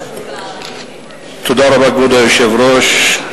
כבוד היושב-ראש,